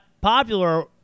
popular